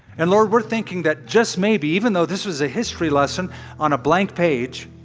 and, lord, we're thinking that just maybe, even though this was a history lesson on a blank page,